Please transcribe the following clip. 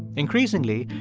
increasingly,